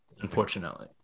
unfortunately